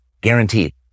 guaranteed